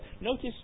Notice